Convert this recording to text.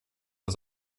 das